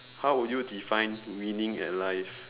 how would you define winning at life